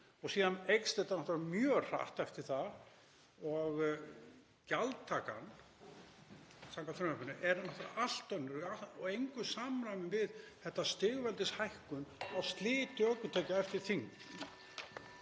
Síðan eykst þetta náttúrlega mjög hratt eftir það og gjaldtakan samkvæmt frumvarpinu er náttúrlega allt önnur og í engu samræmi við þessa stigveldishækkun á sliti ökutækja eftir þyngd.